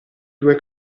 due